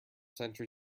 century